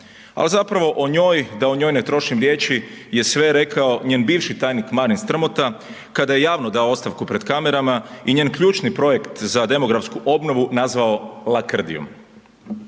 A zapravo o njoj, da o njoj ne trošim riječi je sve rekao njen bivši tajnik Marin Strmota kada je javno dao ostavku pred kamerama i njen ključni projekt za demografsku obnovu nazvao lakrdijom.